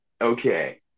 Okay